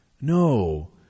No